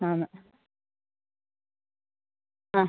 ആണ് ആ